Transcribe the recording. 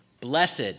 blessed